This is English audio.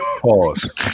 Pause